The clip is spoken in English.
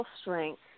strength